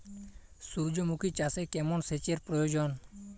সূর্যমুখি চাষে কেমন সেচের প্রয়োজন?